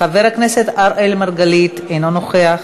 חבר הכנסת אראל מרגלית, אינו נוכח,